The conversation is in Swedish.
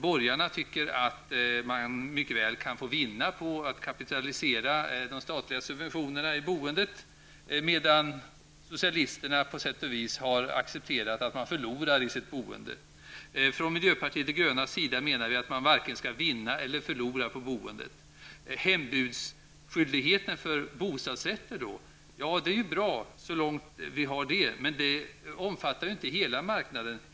Borgarna tycker att man mycket väl kan få vinna på att kapitalisera de statliga subventionerna i boendet, medan socialisterna på sätt och vis har accepterat att man förlorar i sitt boende. Vi i miljöpartiet de gröna menar att man varken skall vinna eller förlora på boendet. Hembudsskyldigheten för bostadsrätter är ju bra så långt vi har den. Men den omfattar inte hela marknaden.